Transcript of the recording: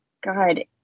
god